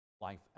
Life